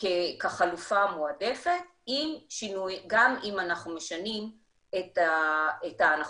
כחלופה המועדפת גם אם אנחנו משנים את ההנחות.